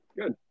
Good